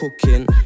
cooking